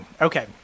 okay